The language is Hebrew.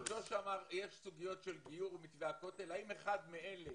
יש סוגיות של גיור ומתווה הכותל אבל אחד מאלה